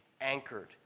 anchored